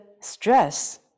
stress